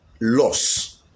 loss